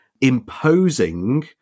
imposing